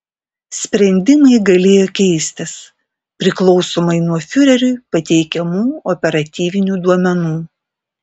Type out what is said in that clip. sprendimai galėjo keistis priklausomai nuo fiureriui pateikiamų operatyvinių duomenų